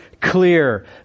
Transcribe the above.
clear